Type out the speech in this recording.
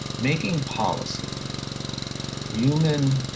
making policy human,